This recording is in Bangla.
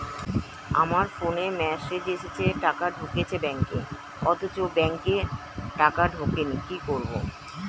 আমার ফোনে মেসেজ এসেছে টাকা ঢুকেছে ব্যাঙ্কে অথচ ব্যাংকে টাকা ঢোকেনি কি করবো?